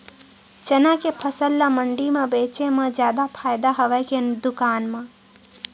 चना के फसल ल मंडी म बेचे म जादा फ़ायदा हवय के दुकान म?